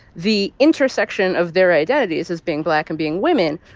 the intersection of their identities, as being black and being women,